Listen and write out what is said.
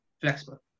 flexible